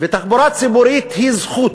ותחבורה ציבורית היא זכות,